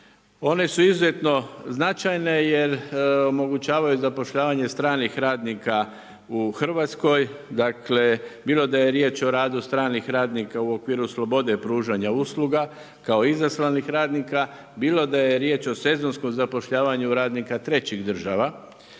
One su izuzetno značajne jer omogućavaju zapošljavanje stranih radnika u Hrvatskoj, dakle bilo da je riječ o radu stranih radnika u okviru slobode pružanja usluga kao izaslanih radnika, bilo da je riječ o sezonskom zapošljavanju radnika trećih država.